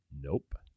Nope